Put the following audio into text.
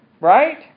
Right